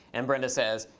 and brenda says,